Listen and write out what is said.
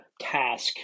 task